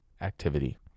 activity